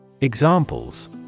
Examples